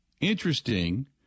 interesting